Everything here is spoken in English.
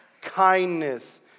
kindness